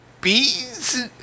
Bees